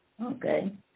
Okay